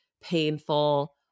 painful